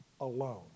alone